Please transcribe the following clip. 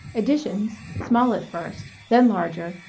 editions, small at first, then larger,